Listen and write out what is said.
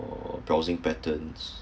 or browsing patterns